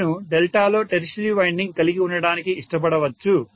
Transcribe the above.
నేను డెల్టాలో tertiary winding కలిగి ఉండటానికి ఇష్టపడవచ్చు